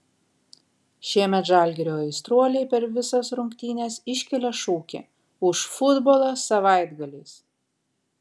šiemet žalgirio aistruoliai per visas rungtynes iškelia šūkį už futbolą savaitgaliais